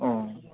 औ